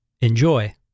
Enjoy